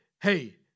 hey